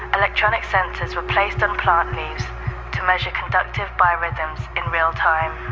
electronic sensors were placed on plant leaves to measure conductive biorhythms in real time.